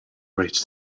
rich